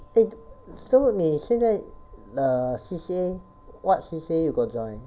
eh so 你现在 err C_C_A what C_C_A you got join